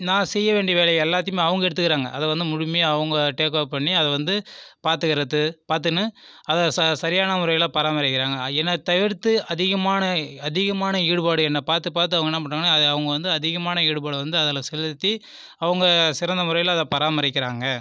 நான் செய்ய வேண்டிய வேலை எல்லாதியுமே அவங்க எடுத்துகிறாங்கள் அதை வந்து முழுமையாக அவங்க டேக் ஓவர் பண்ணி அதை வந்து பார்த்துகிறது பார்த்துன்னு அதை சரியான முறையில் பராமரிக்கிறாங்க என்ன தவிர்த்து அதிகமான அதிகமான ஈடுபாடு என்ன பார்த்து பார்த்து அவங்க என்ன பண்ணுறாங்கனா அவங்க வந்து அதிகமான ஈடுபாடு வந்து அதில் செலுத்தி அவங்க சிறந்த முறையில் அதை பராமரிக்கிறாங்கள்